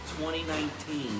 2019